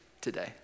today